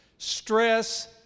Stress